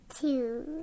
Two